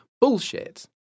bullshit